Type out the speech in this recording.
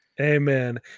Amen